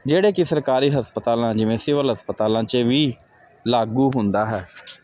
ਜਿਹੜੇ ਕਿ ਸਰਕਾਰੀ ਹਸਪਤਾਲਾਂ ਜਿਵੇਂ ਸਿਵਲ ਹਸਪਤਾਲਾਂ 'ਚ ਵੀ ਲਾਗੂ ਹੁੰਦਾ ਹੈ